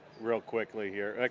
real quickly here?